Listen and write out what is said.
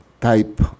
type